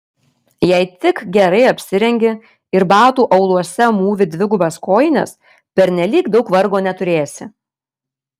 jei tik gerai apsirengi ir batų auluose mūvi dvigubas kojines pernelyg daug vargo neturėsi